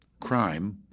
crime